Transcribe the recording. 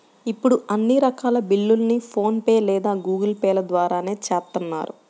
ఇప్పుడు అన్ని రకాల బిల్లుల్ని ఫోన్ పే లేదా గూగుల్ పే ల ద్వారానే చేత్తన్నారు